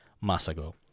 Masago